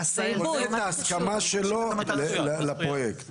נותן את ההסכמה שלו לפרויקט.